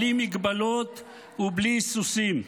בלי מגבלות ובלי היסוסים,